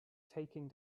taking